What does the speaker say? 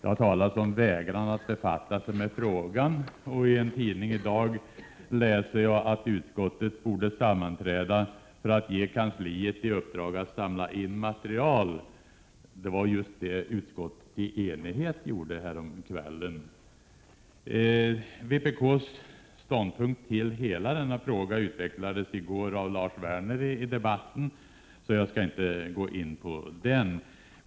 Det har talats om vägran att befatta sig med frågan, och i en tidning i dag läser jag att utskottet borde sammanträda för att ge kansliet i uppdrag att samla in material. Det var just detta som utskottet gjorde i enighet häromkvällen. Vpk:s ståndpunkt i hela denna fråga utvecklades i går av Lars Werner, så jag skall inte gå in på den.